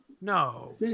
No